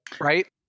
Right